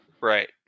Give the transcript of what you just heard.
Right